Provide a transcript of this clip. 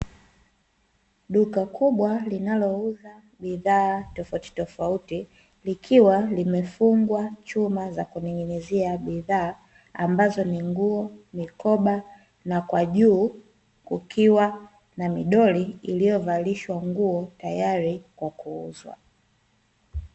Duka kubwa linalouza bidhaa tofautitofauti likiwa limefungwa chuma za kuning'inizia bidhaa ambazo ni nguo, mikoba; na kwa juu kukiwa na midoli iliyovalishwa nguo tayari kwa kuuzwa.